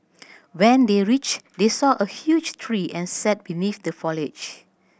when they reached they saw a huge tree and sat beneath the foliage